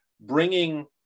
bringing